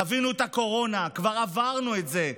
חווינו את הקורונה, כבר עברנו את זה.